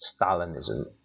Stalinism